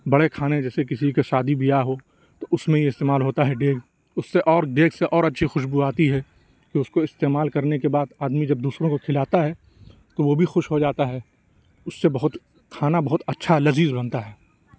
بڑے کھانے جیسے کسی کے شادی بیاہ ہو تو اُس میں یہ استعمال ہوتا ہے دیگ اُس سے اور دیگ سے اور اچھی خوشبو آتی ہے کہ اُس کو استعمال کرنے کے بعد آدمی جب دوسروں کو کھلاتا ہے تو وہ بھی خوش ہو جاتا ہے اُس سے بہت کھانا بہت اچھا لذیذ بنتا ہے